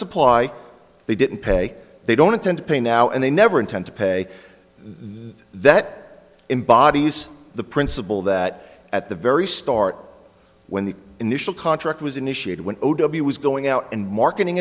supply they didn't pay they don't intend to pay now and they never intend to pay that embodies the principle that at the very start when the initial contract was initiated when he was going out and marketing